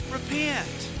Repent